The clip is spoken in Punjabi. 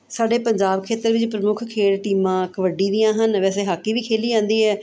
ਸਾਡੇ ਪੰਜਾਬ ਖੇਤਰ ਵਿੱਚ ਪ੍ਰਮੁੱਖ ਖੇਡ ਟੀਮਾਂ ਕਬੱਡੀ ਦੀਆਂ ਹਨ ਵੈਸੇ ਹਾਕੀ ਵੀ ਖੇਲੀ ਜਾਂਦੀ ਹੈ